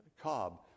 Cobb